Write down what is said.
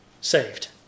saved